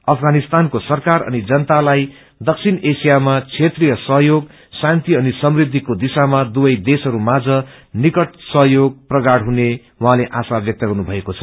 अफगानिस्तानको सरकार अनि जनतालाई दक्षिण एशिया क्षेत्रीय सहयोग शान्ति अनि समृद्धिको दिशामा दुव देशहरू माझ निवट सहयोग प्रगाढ़ हुने उहाँले आशा व्यक्त गर्नुभएको छ